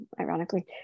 ironically